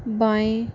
बाएं